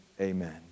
Amen